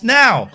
now